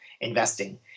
investing